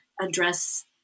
address